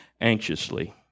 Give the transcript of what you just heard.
anxiously